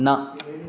न